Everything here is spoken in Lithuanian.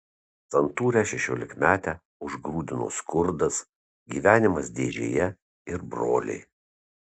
santūrią šešiolikmetę užgrūdino skurdas gyvenimas dėžėje ir broliai